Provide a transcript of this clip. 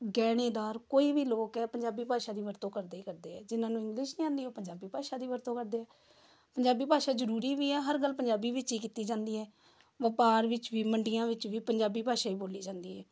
ਗਹਿਣੇਦਾਰ ਕੋਈ ਵੀ ਲੋਕ ਹੈ ਪੰਜਾਬੀ ਭਾਸ਼ਾ ਦੀ ਵਰਤੋਂ ਕਰਦੇ ਹੀ ਕਰਦੇ ਹੈ ਜਿਨ੍ਹਾਂ ਨੂੰ ਇੰਗਲਿਸ਼ ਨਹੀਂ ਆਉਂਦੀ ਪੰਜਾਬੀ ਭਾਸ਼ਾ ਦੀ ਵਰਤੋਂ ਕਰਦੇ ਹੈ ਪੰਜਾਬੀ ਭਾਸ਼ਾ ਜ਼ਰੂਰੀ ਵੀ ਹੈ ਹਰ ਗੱਲ ਪੰਜਾਬੀ ਵਿੱਚ ਹੀ ਕੀਤੀ ਜਾਂਦੀ ਹੈ ਵਪਾਰ ਵਿੱਚ ਵੀ ਮੰਡੀਆਂ ਵਿੱਚ ਵੀ ਪੰਜਾਬੀ ਭਾਸ਼ਾ ਹੀ ਬੋਲੀ ਜਾਂਦੀ ਹੈ